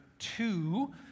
two